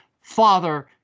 father